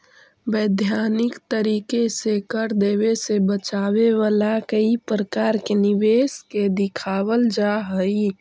वैधानिक तरीके से कर देवे से बचावे वाला कई प्रकार के निवेश के दिखावल जा हई